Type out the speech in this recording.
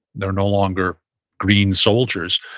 they are no longer green soldiers,